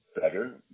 better